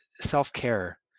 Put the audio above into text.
self-care